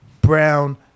brown